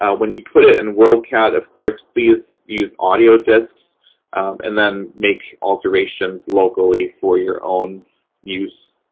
ah when you put it in worldcat, of course, please use audio discs and then make alterations locally for your own use.